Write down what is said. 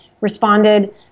responded